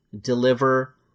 deliver